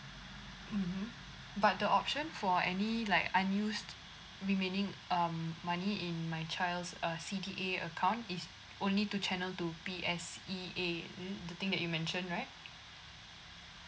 mmhmm but the option for any like unused remaining um money in my child's uh C_D_A account is only to channel to P_S_E_A mm the thing that you mentioned right